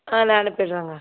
ஆ நான் அனுப்பிடுறேங்க